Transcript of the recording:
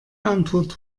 antwort